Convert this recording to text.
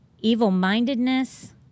evil-mindedness